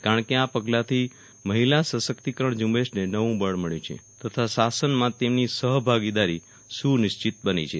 કારણ કે આ પગલાંથી મહિલા સશક્તિકરણ ઝૂંબેશને નવું બળ મળ્યું છે તથા શાસનમાં તેમની સહભાગીદારી સુનિશ્ચિત બની છે